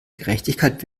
gerechtigkeit